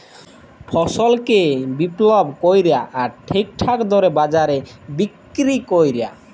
ফসলকে বিপলল ক্যরা আর ঠিকঠাক দরে বাজারে বিক্কিরি ক্যরা